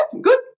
good